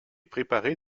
préparée